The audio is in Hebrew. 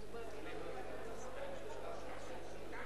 בבקשה.